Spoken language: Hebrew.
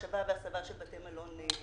השבה והסבה של בתי מלון.